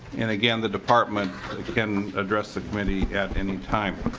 and again the department can address the committee any time.